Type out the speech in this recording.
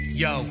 yo